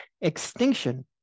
extinction